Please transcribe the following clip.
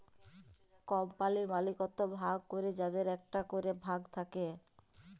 কম্পালির মালিকত্ব ভাগ ক্যরে যাদের একটা ক্যরে ভাগ থাক্যে